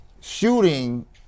shooting